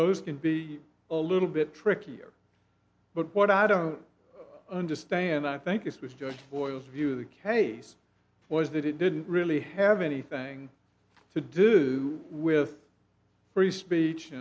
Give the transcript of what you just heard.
those can be a little bit trickier but what i don't understand i think it's with your view the case was that it didn't really have anything to do with free speech